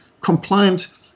compliant